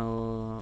ଆଉ